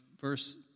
verse